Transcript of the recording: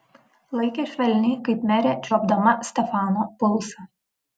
laikė švelniai kaip merė čiuopdama stefano pulsą